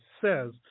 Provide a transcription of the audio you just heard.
says